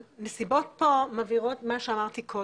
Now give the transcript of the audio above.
הנסיבות פה מבהירות את מה שאמרתי קודם,